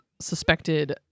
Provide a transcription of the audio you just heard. suspected